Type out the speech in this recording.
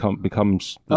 becomes